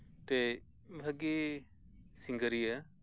ᱢᱤᱫᱴᱮᱱ ᱵᱷᱟᱜᱮ ᱥᱤᱸᱜᱟᱹᱨᱤᱭᱟᱹ